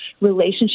relationship